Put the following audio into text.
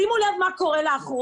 שימו לב מה קורה לאחרונה